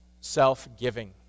self-giving